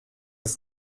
ist